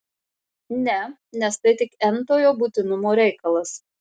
ne nes tai tik n tojo būtinumo reikalas